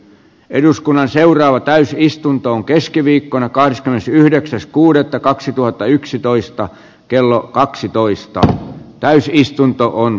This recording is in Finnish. eduskunnan seuraava täysi istuntoon keskiviikkona kahdeskymmenesyhdeksäs kuudetta kaksituhattayksitoista keskustelu ja asian käsittely keskeytetään